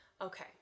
Okay